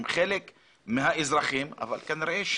אבל, כנראה,